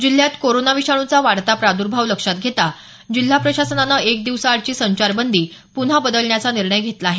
जिल्ह्यात कोरोना विषाणूचा वाढता प्रादुर्भाव लक्षात घेता जिल्हा प्रशासनानं एक दिवसाआडची संचारबंदी पुन्हा बदलण्याचा निर्णय घेतला आहे